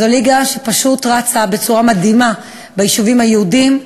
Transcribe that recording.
זו ליגה שרצה בצורה מדהימה ביישובים היהודיים,